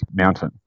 mountain